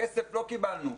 כסף לא קיבלנו.